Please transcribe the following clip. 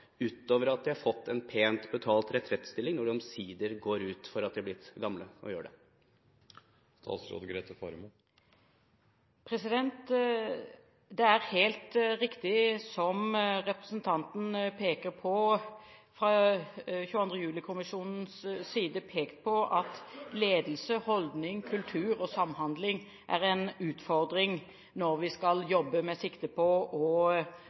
utover at de har fått en pent betalt retrettstilling når de omsider går av fordi de er blitt for gamle? Det er helt riktig som representanten peker på, og som også 22. juli-kommisjonen har pekt på, at ledelse, holdninger, kultur og samhandling er en utfordring når vi skal jobbe med sikte på både å bedre beredskapen og